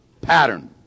pattern